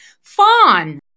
Fawn